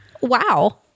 Wow